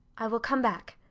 i will come back.